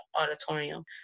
auditorium